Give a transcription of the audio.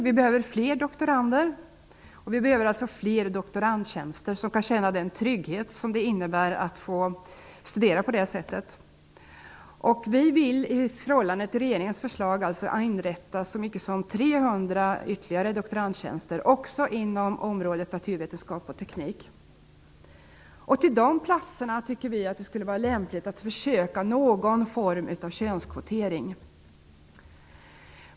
Det behövs fler doktorander och alltså fler doktorandtjänster, så att man kan känna den trygghet som det innebär att få studera på det sättet. I förhållande till regeringens förslag vill vi inrätta så mycket som ytterligare 300 doktorandtjänster, också inom området naturvetenskap/teknik. Beträffande de platserna tycker vi att det skulle vara lämpligt att försöka med någon form av könskvotering.